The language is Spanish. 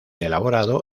elaborado